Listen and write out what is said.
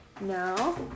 No